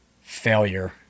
failure